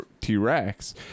t-rex